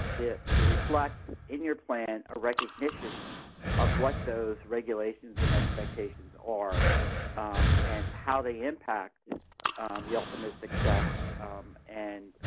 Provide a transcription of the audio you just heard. is to reflect in your plan a recognition of what those regulations and expectations are and how they impact the ultimate success and,